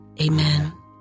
Amen